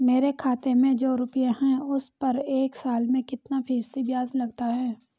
मेरे खाते में जो रुपये हैं उस पर एक साल में कितना फ़ीसदी ब्याज लगता है?